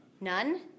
None